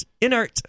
inert